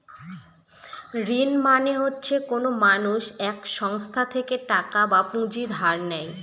ঋণ মানে হচ্ছে কোনো মানুষ এক সংস্থা থেকে টাকা বা পুঁজি ধার নেয়